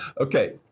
Okay